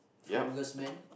strongest man